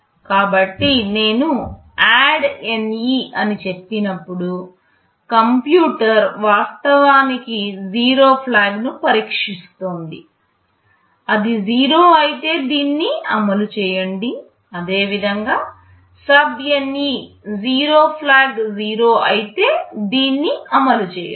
కాబట్టి నేను ADDNE అని చెప్పినప్పుడు కంప్యూటర్ వాస్తవానికి 0 ఫ్లాగ్ ను పరీక్షిస్తోంది అది 0 అయితే దీన్ని అమలు చేయండి అదేవిధంగా SUBNE 0 ఫ్లాగ్ 0 అయితే దీన్ని అమలు చేయండి